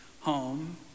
home